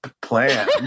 plan